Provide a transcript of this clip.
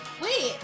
wait